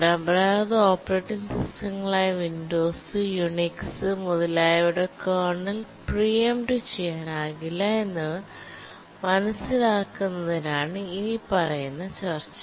പരമ്പരാഗത ഓപ്പറേറ്റിംഗ് സിസ്റ്റങ്ങളായ Windows Unix മുതലായവയുടെ കേർണൽ പ്രീ എംപ്ട് ചെയ്യാനാകില്ല എന്ന് മനസ്സിലാക്കുന്നതിനാണ് ഇനിപ്പറയുന്ന ചർച്ച